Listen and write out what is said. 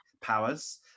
powers